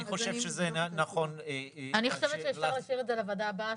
אני חושבת שאפשר להשאיר את זה לוועדה הבאה,